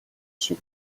шиг